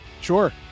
Sure